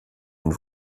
une